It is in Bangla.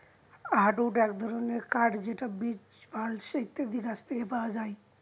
হার্ডউড এক ধরনের কাঠ যেটা বীচ, বালসা ইত্যাদি গাছ থেকে পাওয়া যায়